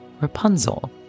Rapunzel